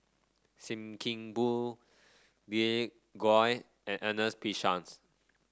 Sim Kee Boon Glen Goei and Ernest P Shanks